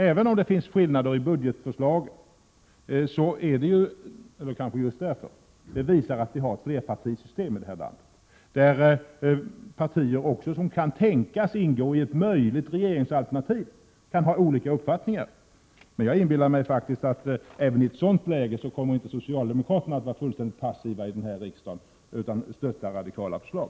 Även om det finns skillnader i budgetförslaget, eller kanske just därför, visar det att vi har ett flerpartisystem i detta land där också partier som kan tänkas ingå i ett möjligt regeringsalternativ kan ha olika uppfattningar. Jag inbillar mig faktiskt att socialdemokraterna i ett sådant läge inte kommer att förhålla sig fullständigt passiva i denna riksdag, utan de kommer att stötta radikala förslag.